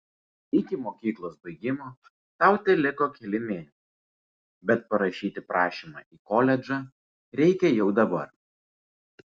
iki mokyklos baigimo tau teliko keli mėnesiai bet parašyti prašymą į koledžą reikia jau dabar